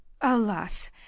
alas